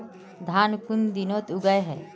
धान कुन दिनोत उगैहे